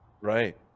Right